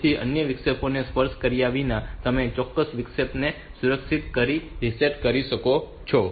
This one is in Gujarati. તેથી અન્ય વિક્ષેપને સ્પર્શ કર્યા વિના તમે ચોક્કસ વિક્ષેપ ને સુરક્ષિત રીતે રીસેટ કરી શકો છો